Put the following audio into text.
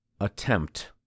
attempt